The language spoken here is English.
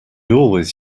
always